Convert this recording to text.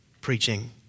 preaching